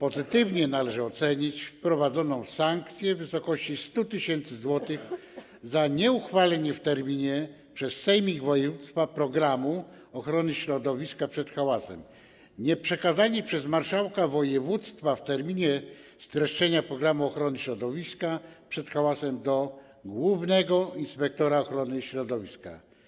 Pozytywnie należy ocenić wprowadzoną sankcję w wysokości 100 tys. zł za nieuchwalenie w terminie przez sejmik województwa programu ochrony środowiska przed hałasem i nieprzekazanie przez marszałka województwa w terminie streszczenia programu ochrony środowiska przed hałasem do głównego inspektora ochrony środowiska.